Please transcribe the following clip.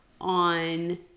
on